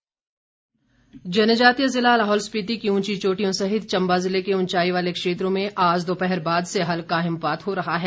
मौसम जनजातीय जिला लाहौल स्पिति की उंची चोटियों सहित चम्बा जिले के उंचाई वाले क्षेत्रों में आज दोपहर बाद से हल्का हिमपात हो रहा है